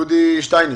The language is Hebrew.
דודי שטייניץ.